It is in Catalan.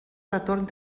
retorn